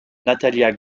natalia